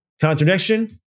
contradiction